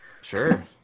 Sure